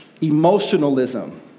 emotionalism